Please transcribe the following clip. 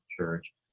church